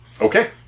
Okay